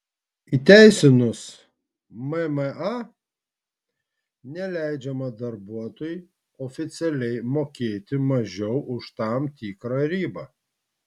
įteisinus mma neleidžiama darbuotojui oficialiai mokėti mažiau už tam tikrą ribą